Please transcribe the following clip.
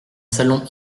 salon